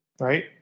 Right